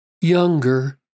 younger